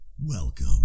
Welcome